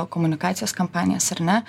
komunikacijos kampanijas ar ne